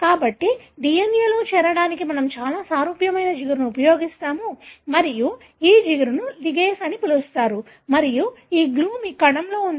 కాబట్టి DNA లో చేరడానికి మేము చాలా సారూప్యమైన జిగురును ఉపయోగిస్తాము మరియు ఈ జిగురును లిగేస్ అని పిలుస్తారు మరియు ఈ గ్లూ మీ కణంలో ఉంది